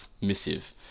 missive